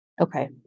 Okay